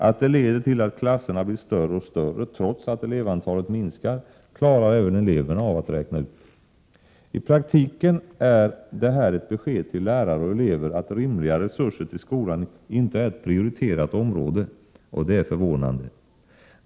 Att detta leder till att klasserna blir större och större trots att elevantalet minskar klarar även eleverna av att räkna ut. I praktiken är det här ett besked till lärare och elever att rimliga resurser till skolan inte är ett prioriterat område. Det är förvånande.